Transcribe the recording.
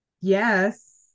yes